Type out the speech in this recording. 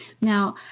Now